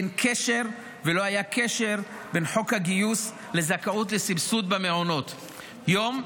אין קשר ולא היה קשר בין חוק הגיוס לזכאות לסבסוד במעונות יום,